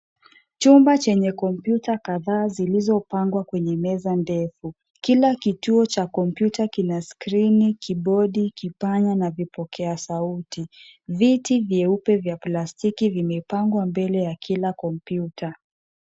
Chumba chenye kompyuta kadhaa zilizopangwa kwenye meza ndefu. Kila kituo cha kompyuta kina skrini, kibodi, kipanya na vipokea sauti. Viti vyeupe vya plastiki vimepangwa mbele ya kila kompyuta.